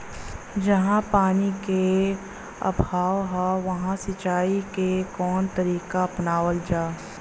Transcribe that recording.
जहाँ पानी क अभाव ह वहां सिंचाई क कवन तरीका अपनावल जा?